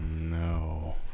No